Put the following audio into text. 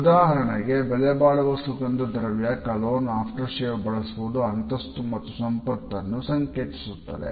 ಉದಾಹರಣೆಗೆ ಬೆಲೆಬಾಳುವ ಸುಗಂಧ ದ್ರವ್ಯ ಕಲೋನ್ಗಳು ಅಥವಾ ಆಫ್ಟರ್ಶೇವ್ ಗಳನ್ನು ಬಳಸುವುದು ಅಂತಸ್ತು ಮತ್ತು ಸಂಪತ್ತನ್ನು ಸಂಕೇತಿಸುತ್ತದೆ